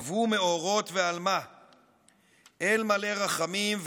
כבו מאורות ועל מה / אל מלא רחמים /